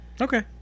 okay